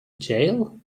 jail